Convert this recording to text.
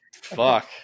Fuck